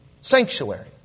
sanctuary